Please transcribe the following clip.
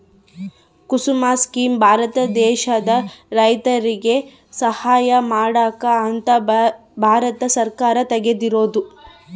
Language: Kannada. ಕುಸುಮ ಸ್ಕೀಮ್ ಭಾರತ ದೇಶದ ರೈತರಿಗೆ ಸಹಾಯ ಮಾಡಕ ಅಂತ ಭಾರತ ಸರ್ಕಾರ ತೆಗ್ದಿರೊದು